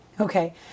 Okay